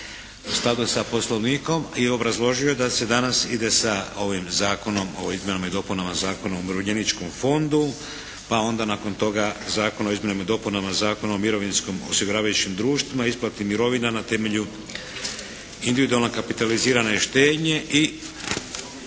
skladu sa Poslovnikom i obrazložio da se danas ide sa ovim zakonom o izmjenama i dopunama Zakona o Umirovljeničkom fondu pa onda nakon toga Zakon o izmjenama i dopunama Zakona o mirovinskim osiguravajućim društvima, isplati mirovina na temelju individualne kapitalizirane štednje i